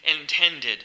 intended